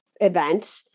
event